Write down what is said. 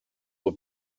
will